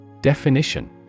Definition